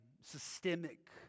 systemic